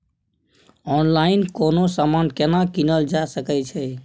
Online कोनो समान केना कीनल जा सकै छै?